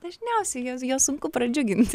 dažniausiai juos sunku pradžiuginti